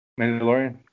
Mandalorian